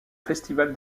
festival